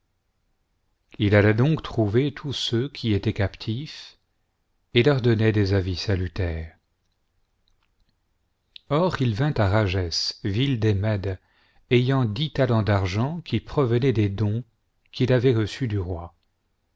il allait donc trouver tous ceux qui étaient captifs et leur donnait des avis salutaires or il vint à rages ville des mèdes ayant dix talents d'argent qui provenaient des dons qu'il avait reçus du roi